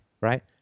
right